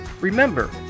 Remember